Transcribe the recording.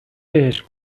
بهش